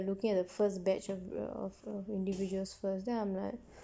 looking at the first batch of the individuals first then I'm like